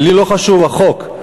לי לא חשוב החוק.